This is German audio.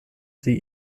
sie